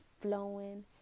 flowing